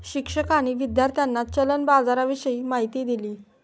शिक्षकांनी विद्यार्थ्यांना चलन बाजाराविषयी माहिती दिली